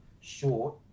short